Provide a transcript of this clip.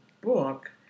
book